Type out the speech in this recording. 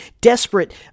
desperate